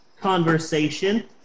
conversation